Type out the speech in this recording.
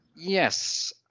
Yes